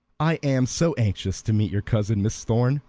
i am so anxious to meet your cousin, miss thorn,